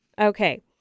Okay